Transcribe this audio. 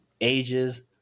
ages